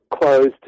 closed